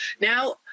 now